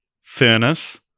Furnace